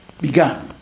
began